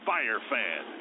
FireFan